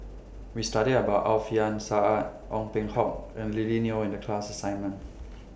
We studied about Alfian Sa'at Ong Peng Hock and Lily Neo in The class assignment